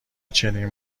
چنین